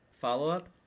Follow-up